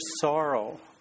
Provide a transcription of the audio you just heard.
sorrow